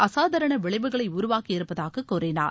அசாதாரண விளைவுகளை உருவாக்கி இருப்பதாகக் கூறினார்